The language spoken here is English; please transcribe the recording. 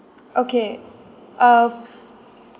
okay uh